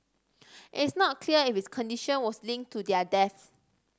it is not clear if his condition was linked to their deaths